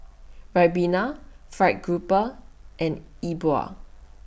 Ribena Fried Grouper and Yi Bua